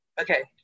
Okay